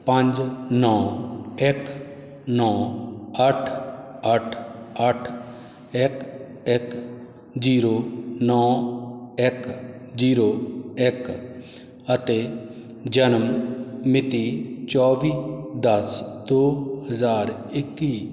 ਪੰਜ ਨੌ ਇੱਕ ਨੌ ਅੱਠ ਅੱਠ ਅੱਠ ਇੱਕ ਇੱਕ ਜ਼ੀਰੋ ਨੌ ਇੱਕ ਜ਼ੀਰੋ ਇੱਕ ਅਤੇ ਜਨਮ ਮਿਤੀ ਚੌਵੀ ਦਸ ਦੋ ਹਜ਼ਾਰ ਇੱਕੀ